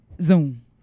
zoom